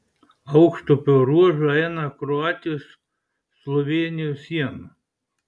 aukštupio ruožu eina kroatijos slovėnijos siena